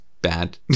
bad